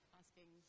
asking